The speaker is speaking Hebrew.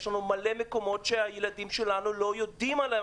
יש המון מקומות שהילדים שלנו לא יודעים עליהם,